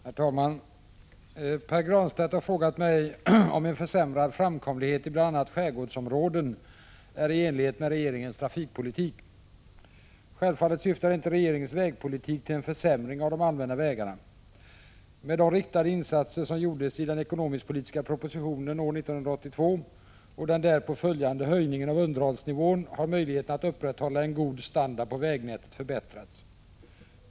Herr talman! Pär Granstedt har frågat mig om en försämrad framkomlighet i bl.a. skärgårdsområden är i enlighet med regeringens trafikpolitik. Självfallet syftar inte regeringens vägpolitik till en försämring av de allmänna vägarna. Med de riktade insatser som aviserades i den ekonomiskpolitiska propositionen år 1982 och den därpå följande höjningen av underhållsnivån har möjligheterna att upprätthålla en god standard på vägnätet förbättrats.